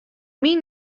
myn